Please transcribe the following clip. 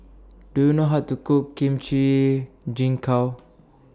Do YOU know How to Cook Kimchi Jjigae